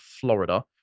florida